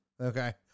okay